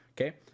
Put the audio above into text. okay